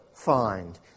Find